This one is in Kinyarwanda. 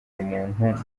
umuntu